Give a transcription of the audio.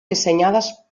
diseñadas